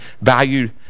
valued